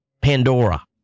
Pandora